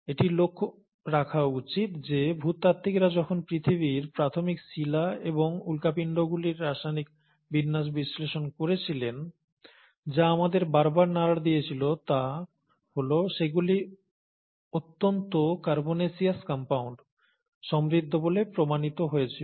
এটি লক্ষ রাখা উচিত যে ভূতাত্ত্বিকরা যখন পৃথিবীর প্রাথমিক শিলা এবং উল্কাপিণ্ডগুলির রাসায়নিক বিন্যাস বিশ্লেষণ করছিলেন যা আমাদের বারবার নাড়া দিয়েছিল তা হল সেগুলি অত্যন্ত কার্বনেসিয়াস কম্পাউন্ড সমৃদ্ধ বলে প্রমাণিত হয়েছিল